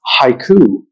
haiku